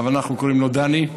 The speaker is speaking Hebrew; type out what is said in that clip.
אבל אנחנו קוראים לו דני,